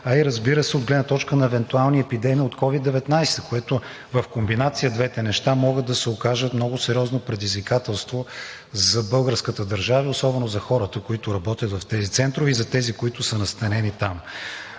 а и, разбира се, от гледна точка на евентуални епидемии от COVID-19, като в комбинация двете неща могат да се окажат много сериозно предизвикателство за българската държава, особено за хората, които работят в тези центрове, и за тези, които са настанени там.